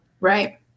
Right